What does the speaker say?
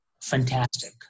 fantastic